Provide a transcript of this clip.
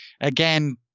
Again